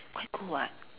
quite cool [what]